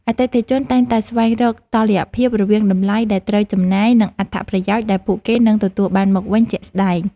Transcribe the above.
អតិថិជនតែងតែស្វែងរកតុល្យភាពរវាងតម្លៃដែលត្រូវចំណាយ និងអត្ថប្រយោជន៍ដែលពួកគេនឹងទទួលបានមកវិញជាក់ស្តែង។